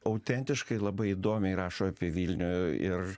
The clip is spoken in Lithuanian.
autentiškai labai įdomiai rašo apie vilnių ir